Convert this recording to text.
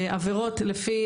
עבירות לפי,